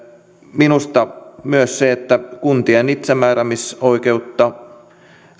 minusta myös se että kuntien itsemääräämisoikeutta